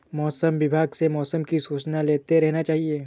मौसम विभाग से मौसम की सूचना लेते रहना चाहिये?